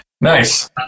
Nice